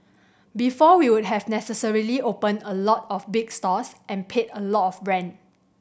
before we would have necessarily opened a lot of big stores and paid a lot of rent